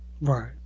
Right